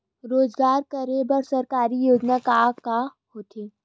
रोजगार करे बर सरकारी योजना का का होथे?